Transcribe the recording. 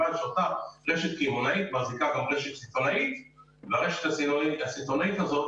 רשת קמעונאית מחזיקה גם רשת סיטונאית והרשת הסיטונאית הזאת,